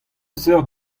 seurt